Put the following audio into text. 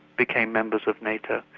became members of nato.